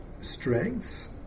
strengths